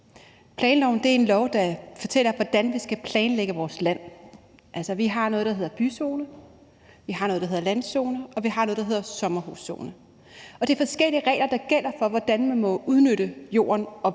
Planloven er en lov, der fortæller, hvordan vi skal planlægge vores land. Altså, vi har noget, der hedder byzone, vi har noget, der hedder landzone, og vi har noget, der hedder sommerhuszone, og det er forskellige regler, der gælder, for, hvordan man må udnytte jorden og